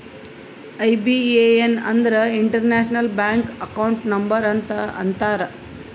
IBAN ಅಂದುರ್ international bank account number ಅಂತ ಅಂತಾರ್